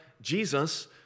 Jesus